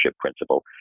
principle